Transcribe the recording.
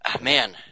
man